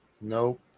Nope